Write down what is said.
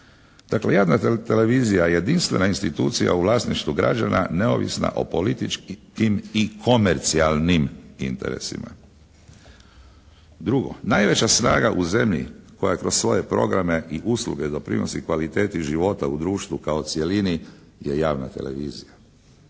Dakle javna televizija je jedinstvena institucija u vlasništvu građana neovisna o političkim i komercijalnim interesima. Drugo, najveća snaga u zemlji koja kroz svoje programe i usluge doprinosi kvaliteti života u društvu kao cjelini je javna televizija.